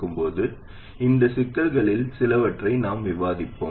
இப்போது இந்த சிக்கல்களில் சிலவற்றை நாம் விவாதிப்போம்